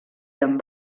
amb